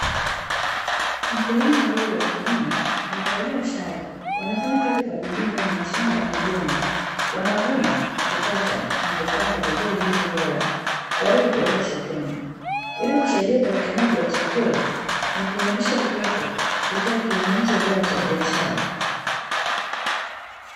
Wakulima wawili wakiume wamevalia sare wanafanya kazi kwa bidii ndani ya shamba la migomba wanavuna, kukata na